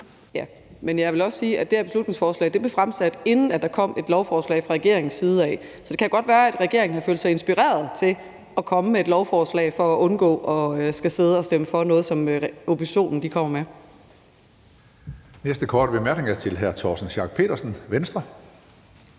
Ja, men jeg vil også sige, at det her beslutningsforslag blev fremsat, inden der kom et lovforslag fra regeringens side. Det kan godt være, at regeringen har følt sig inspireret til at komme med et lovforslag for at undgå at skulle sidde og stemme for noget, som oppositionen kommer med.